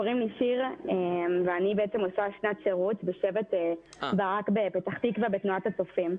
קוראים לי שיר ואני עושה שנת שירות בשבט ברק בפתח תקווה בתנועת הצופים.